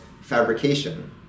fabrication